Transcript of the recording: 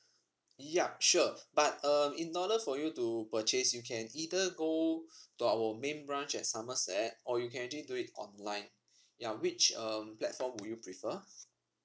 ya sure but um in order for you to purchase you can either go to our main branch at somerset or you can actually do it online ya which um platform would you prefer